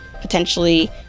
potentially